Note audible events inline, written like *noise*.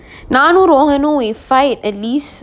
*breath* நானும்:nanum rohan னும்:num if fight at least